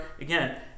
again